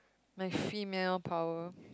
my female power